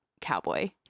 cowboy